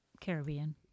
Caribbean